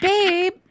Babe